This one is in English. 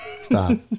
Stop